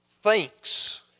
thinks